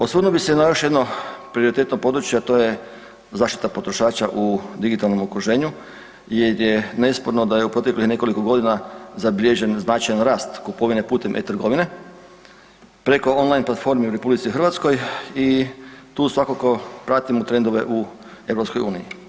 Osvrnuo bih se na još jedno prioritetno područje, a to je zaštita potrošača u digitalnom okruženju jer je nesporno da je u proteklih nekoliko godina zabilježen značajan rast kupovine putem e-trgovine preko online platformi u RH i tu svakako pratimo trendove u EU.